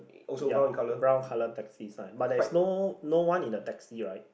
ya brown colour taxi sign but there is no no one in the taxi right